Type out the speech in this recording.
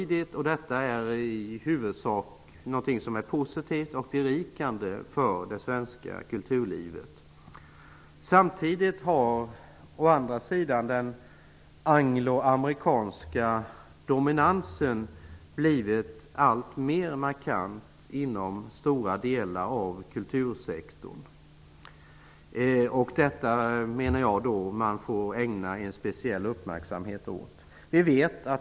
Det är i huvudsak både positivt och berikande för det svenska kulturlivet. Samtidigt har den angloamerikanska dominansen blivit alltmer markant inom stora delar av kultursektorn. Det får man ägna speciell uppmärksamhet, menar jag.